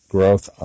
Growth –